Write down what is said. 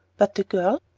but the girl?